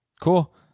Cool